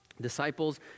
Disciples